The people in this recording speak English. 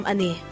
Ani